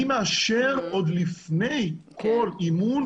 אני מאשר עוד לפני כל אימון,